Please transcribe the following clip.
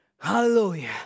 Hallelujah